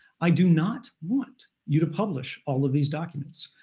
i do not want you to publish all of these documents.